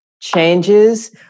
changes